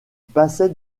passait